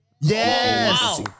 Yes